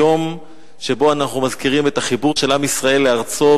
יום שבו אנחנו מזכירים את החיבור של עם ישראל לארצו,